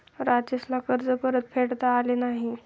राजेशला कर्ज परतफेडता आले नाही